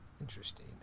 Interesting